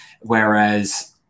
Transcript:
whereas